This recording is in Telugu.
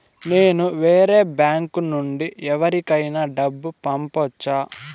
నేను వేరే బ్యాంకు నుండి ఎవరికైనా డబ్బు పంపొచ్చా?